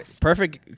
perfect